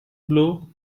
blow